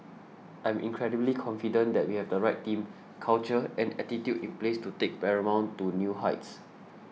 I'm incredibly confident that we have the right team culture and attitude in place to take Paramount to new heights